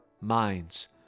minds